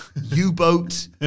U-boat